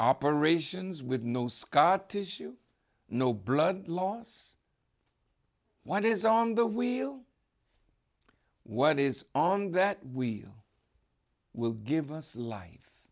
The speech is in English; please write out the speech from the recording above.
operations with no scar tissue no blood loss what is on the wheel what is on that we will give us life